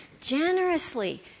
generously